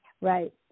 right